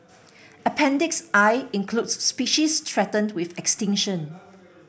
appendix I includes species threatened with extinction